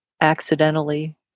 accidentally